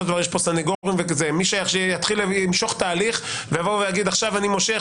של דבר יש פה סנגורים מי שימשוך את ההליך ויבוא ויגיד: עכשיו אני מושך,